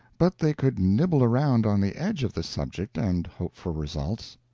but they could nibble around on the edge of the subject and hope for results.